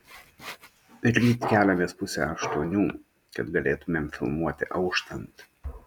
ryt keliamės pusę aštuonių kad galėtumėm filmuoti auštant